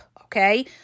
okay